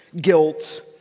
guilt